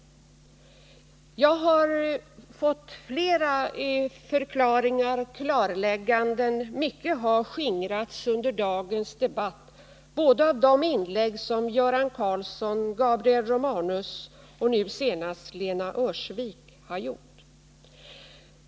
Jag har visserligen fått flera förklaringar, och man har gjort klarlägganden. Mycket av dessa oklarheter har också skingrats under dagens debatt. Jag tänker då på Göran Karlssons och Gabriel Romanus samt nu senast Lena Öhrsviks inlägg i debatten.